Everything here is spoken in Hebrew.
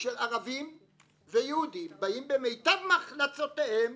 של ערבים ויהודים, באים במיטב מחלצותיהם